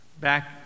Back